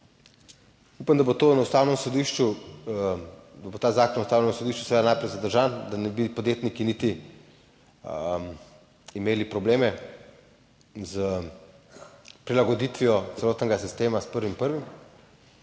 Upam, da bo to na Ustavnem sodišču, da bo ta Zakon o Ustavnem sodišču seveda najprej zadržan, da ne bi podjetniki niti imeli probleme s prilagoditvijo celotnega sistema s 1. 1.